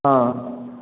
অঁ